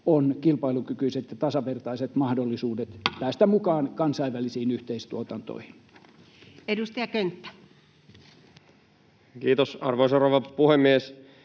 on kilpailukykyiset ja tasavertaiset mahdollisuudet päästä mukaan kansainvälisiin yhteistuotantoihin. Edustaja Könttä. Kiitos, arvoisa rouva puhemies!